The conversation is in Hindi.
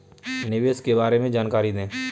निवेश के बारे में जानकारी दें?